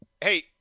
Hey